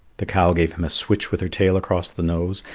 the cow gave him a switch with her tail across the nose,